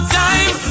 time